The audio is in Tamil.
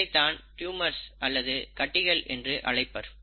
இதைத்தான் ட்யூமர்ஸ் அல்லது கட்டிகள் என்று அழைப்பர்